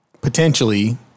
potentially